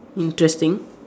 interesting